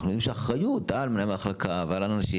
אנחנו יודעים שהאחריות על מנהל המחלקה ועל אנשים